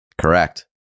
Correct